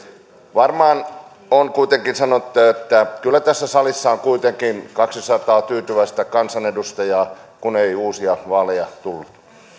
varmaan on kuitenkin sanottava että kyllä tässä salissa on kuitenkin kaksisataa tyytyväistä kansanedustajaa kun ei uusia vaaleja tullut